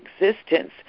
existence